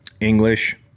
English